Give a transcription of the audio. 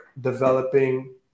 developing